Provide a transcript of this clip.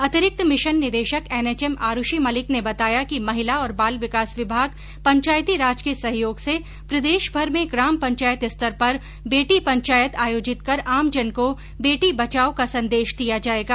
अतिरिक्त मिशन निदेशक एनएचएम आरूषि मलिक ने बताया कि महिला और बाल विकास विभाग पंचायतीराज के सहयोग से प्रदेशभर में ग्राम पंचायत स्तर पर बेटी पंचायत आयोजित कर आमजन को बेटी बचाओ का संदेश दिया जायेगा